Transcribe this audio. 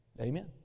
Amen